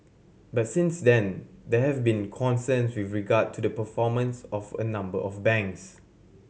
but since then there have been concerns with regard to the performance of a number of banks